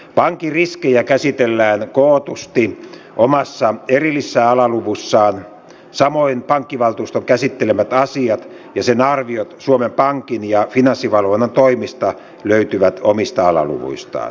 pankin riskejä käsitellään kootusti omassa erillisessä alaluvussaan samoin pankkivaltuuston käsittelemät asiat ja sen arviot suomen pankin ja finanssivalvonnan toimista löytyvät omista alaluvuistaan